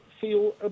feel